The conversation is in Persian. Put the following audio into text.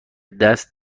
دست